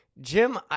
Jim